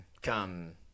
come